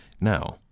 Now